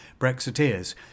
Brexiteers